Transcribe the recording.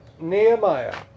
Nehemiah